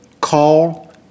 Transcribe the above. call